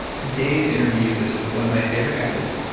today's interview is with one of my favorite guys,